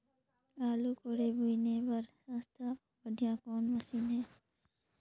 आलू कोड़े बीने बर सस्ता अउ बढ़िया कौन मशीन हे?